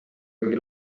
kuigi